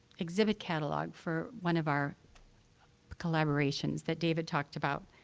exhibit catalog for one of our collaborations that david talked about.